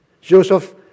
Joseph